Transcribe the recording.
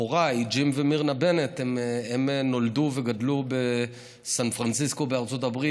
הוריי ג'ים ומירנה בנט נולדו וגדלו בסן פרנסיסקו בארצות הברית,